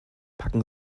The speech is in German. packen